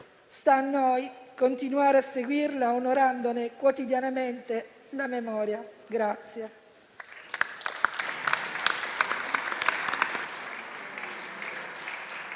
Sta a noi continuare a seguirla onorandone quotidianamente la memoria.